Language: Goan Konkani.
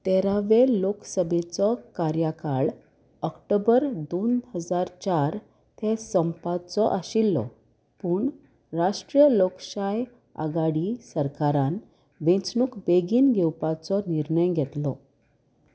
तेरावे लोकसभेचो कार्याकाळ ऑक्टोबर दोन हजार चार ते संपाचो आशिल्लो पूण राष्ट्रीय लोकशाय आगाडी सरकारान वेंचणूक बेगीन घेवपाचो निर्णय घेतलो